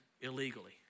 illegally